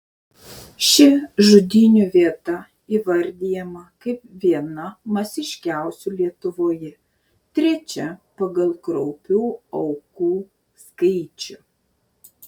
ši žudynių vieta įvardijama kaip viena masiškiausių lietuvoje trečia pagal kraupių aukų skaičių